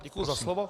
Děkuji za slovo.